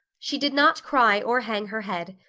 she did not cry or hang her head.